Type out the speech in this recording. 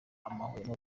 amahwemo